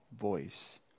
voice